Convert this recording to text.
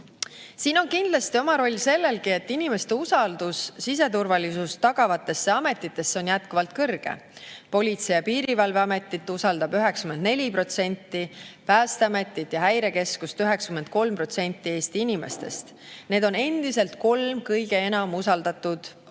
Siin on kindlasti oma roll sellelgi, et inimeste usaldus siseturvalisust tagavate ametite vastu on jätkuvalt kõrge. Politsei‑ ja Piirivalveametit usaldab 94%, Päästeametit ja Häirekeskust 93% Eesti inimestest. Need on endiselt kolm kõige enam usaldatud